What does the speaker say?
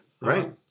right